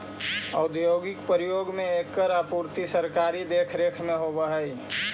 औद्योगिक प्रयोग में एकर आपूर्ति सरकारी देखरेख में होवऽ हइ